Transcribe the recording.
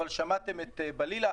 אבל שמעתם את בלילה,